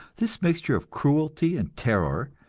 this mixture of cruelty and terror,